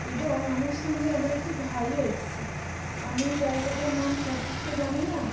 এবং আমার সঙ্গে আমার একটি ভাইও এসেছে আমি জায়গাটার নাম সঠিক তো জানি না